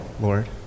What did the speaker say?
Lord